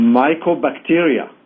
mycobacteria